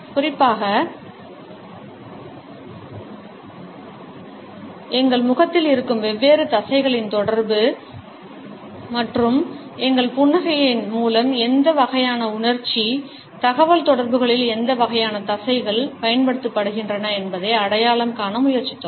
குறிப்பாக எங்கள் முகத்தில் இருக்கும் வெவ்வேறு தசைகளின் தொடர்பு மற்றும் எங்கள் புன்னகையின் மூலம் எந்த வகையான உணர்ச்சி தகவல்தொடர்புகளில் எந்த வகையான தசைகள் பயன்படுத்தப்படுகின்றன என்பதை அடையாளம் காண முயற்சித்தோம்